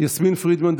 יסמין פרידמן,